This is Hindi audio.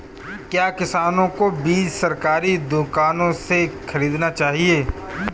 क्या किसानों को बीज सरकारी दुकानों से खरीदना चाहिए?